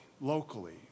locally